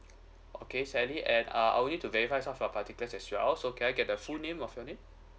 okay sally and uh I'll need to verify some of particulars as well so can I get the full name of your name